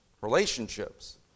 relationships